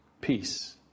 peace